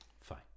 Fine